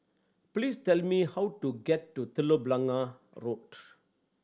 please tell me how to get to Telok Blangah Road